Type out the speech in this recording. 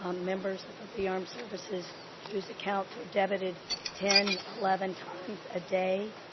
ah members of of the armed services whose accounts were debited ten, eleven times a day,